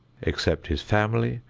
except his family,